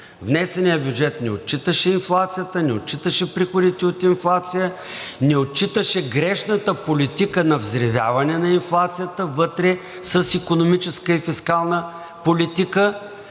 Внесеният бюджет не отчиташе инфлацията, не отчиташе приходите от инфлация, не отчиташе грешната политика на взривяване на инфлацията вътре с икономическа и фискална политика.